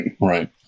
Right